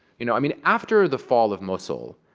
you know i mean, after the fall of mosul,